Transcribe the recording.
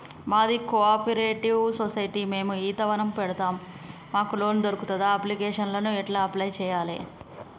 మాది ఒక cooperative society మేము ఈత వనం పెడతం మాకు లోన్ దొర్కుతదా? అప్లికేషన్లను ఎట్ల అప్లయ్ చేయాలే?